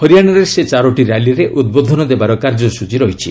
ହରିଆଶାରେ ସେ ଚାରୋଟି ର୍ୟାଲିରେ ଉଦ୍ବୋଧନ ଦେବାର କାର୍ଯ୍ୟସୂଚୀ ରହିଛି